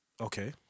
Okay